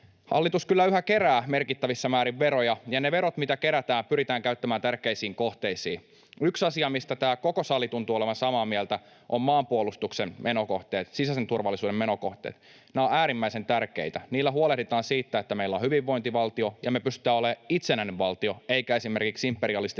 Hallitus kyllä yhä kerää merkittävissä määrin veroja, ja ne verot, mitä kerätään, pyritään käyttämään tärkeisiin kohteisiin. Yksi asia, mistä tämä koko sali tuntuu olevan samaa mieltä, on maanpuolustuksen menokohteet, sisäisen turvallisuuden menokohteet. Ne ovat äärimmäisen tärkeitä. Niillä huolehditaan siitä, että meillä on hyvinvointivaltio ja me pystytään olemaan itsenäinen valtio eikä esimerkiksi imperialistinen